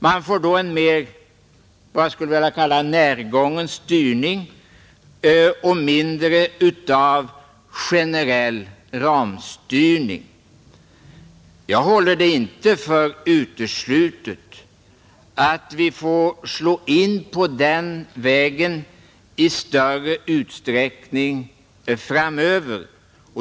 Man får då mer av vad jag skulle vilja kalla närgången styrning och mindre av generell ramstyrning. Jag håller det inte för uteslutet att vi får slå in på den vägen i större utsträckning framöver.